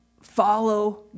follow